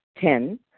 Ten